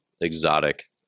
exotic